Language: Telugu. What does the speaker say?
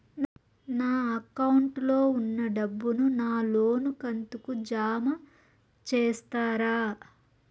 నా అకౌంట్ లో ఉన్న డబ్బును నా లోను కంతు కు జామ చేస్తారా?